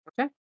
Okay